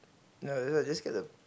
err that's why just get the